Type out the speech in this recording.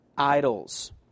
Idols